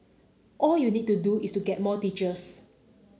all you need to do is get more teachers